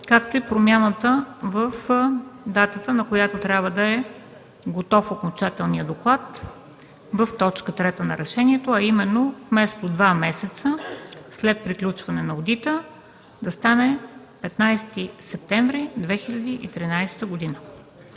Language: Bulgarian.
както и промяна в датата, на която трябва да е готов окончателният доклад в т. 3 на решението, а именно вместо „два месеца след приключване на одита” да стане „15 септември 2013 г.”